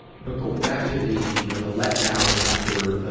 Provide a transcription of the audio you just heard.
but going back to the, you know, the letdown after, ah,